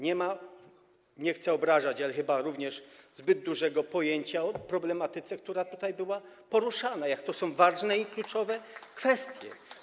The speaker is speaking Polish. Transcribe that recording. Nie chcę obrażać, ale nie ma ona chyba również zbyt dużego pojęcia o problematyce, która tutaj była poruszana, jak to są ważne i kluczowe kwestie.